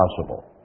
possible